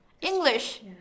English